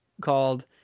called